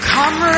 Come